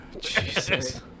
Jesus